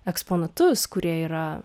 eksponatus kurie yra